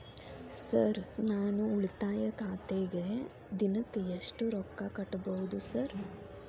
Sir ನಾನು ಉಳಿತಾಯ ಖಾತೆಗೆ ದಿನಕ್ಕ ಎಷ್ಟು ರೊಕ್ಕಾ ಕಟ್ಟುಬಹುದು ಸರ್?